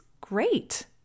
great